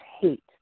hate